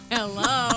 Hello